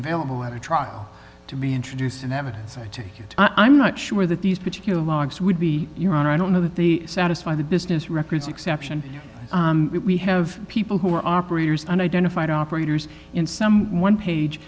available at a trial to be introduced in evidence i take it i'm not sure that these particular logs would be your honor i don't know that the satisfy the business records exception here we have people who are operators and identified operators in some one page